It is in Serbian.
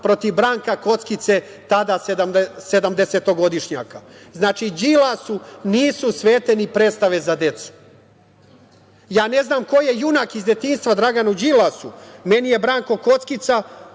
protiv Branka Kockice, tada 70-godišnjaka. Znači, Đilasu nisu svete ni predstave za decu. Ja ne znam ko je junak iz detinjstva Draganu Đilasu? Meni je Branko Kockica,